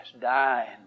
dying